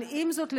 אבל עם זאת,